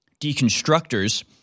deconstructors